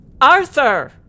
Arthur